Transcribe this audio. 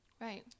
Right